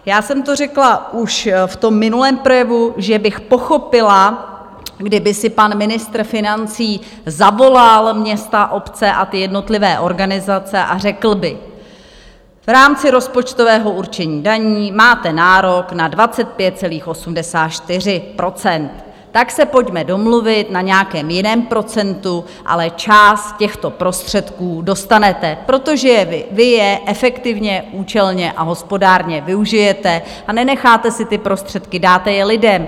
Já jsem to řekla už v tom minulém projevu, že bych pochopila, kdyby si pan ministr financí zavolal města a obce a jednotlivé organizace a řekl by: V rámci rozpočtového určení daní máte nárok na 25,84 %, tak se pojďme domluvit na nějakém jiném procentu, ale část těchto prostředků dostanete, protože vy je efektivně, účelně a hospodárně využijete a nenecháte si ty prostředky, dáte je lidem.